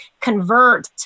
convert